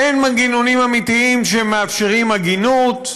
אין מנגנונים אמיתיים שמאפשרים הגינות.